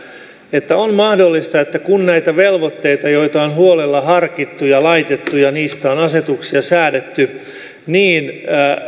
että on mahdollista että kun näitä velvoitteita joita on huolella harkittu ja laitettu ja joista on asetuksia säädetty